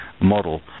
model